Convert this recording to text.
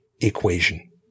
equation